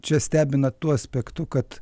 čia stebina tuo aspektu kad